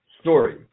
story